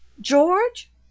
George